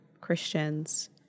Christians